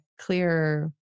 clearer